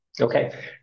Okay